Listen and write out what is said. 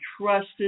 trusted